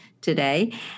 today